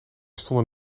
stonden